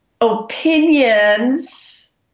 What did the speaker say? opinions